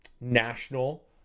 national